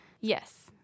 yes